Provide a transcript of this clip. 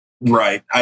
Right